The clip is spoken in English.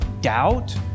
doubt